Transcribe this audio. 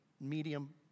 medium